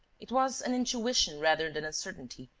it was an intuition rather than a certainty,